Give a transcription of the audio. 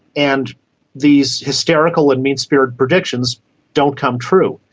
and these hysterical and mean-spirited predictions don't come true.